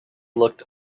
looked